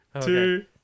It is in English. two